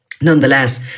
nonetheless